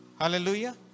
hallelujah